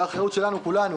זו האחריות של כולנו,